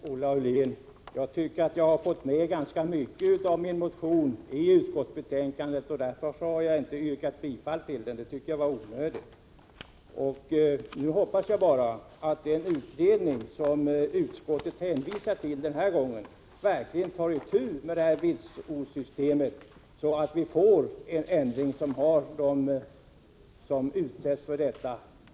Herr talman! Jag tycker, Olle Aulin, att jag har fått med ganska mycket av mina motionsyrkanden i utskottets skrivning, och därför var det onödigt att yrka bifall till motionen. Jag hoppas bara att den utredning som utskottet hänvisar till denna gång verkligen tar itu med vitsordssystemet, så att vi får en ändring som har de personers förtroende som utsätts för detta.